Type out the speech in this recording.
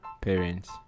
Parents